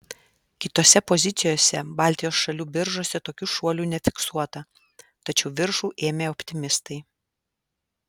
kitose pozicijose baltijos šalių biržose tokių šuolių nefiksuota tačiau viršų ėmė optimistai